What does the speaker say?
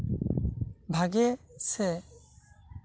ᱵᱷᱟᱜᱮ ᱥᱮ